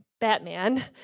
Batman